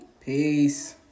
Peace